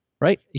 right